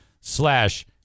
slash